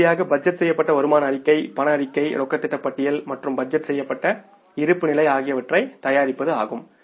இறுதியாக பட்ஜெட் செய்யப்பட்ட வருமான அறிக்கை ரொக்க அறிக்கை ரொக்க திட்ட பட்டியல் மற்றும் பட்ஜெட் செய்யப்பட்ட இருப்புநிலை ஆகியவற்றைத் தயாரிப்பது ஆகும்